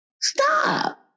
stop